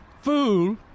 Fool